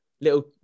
little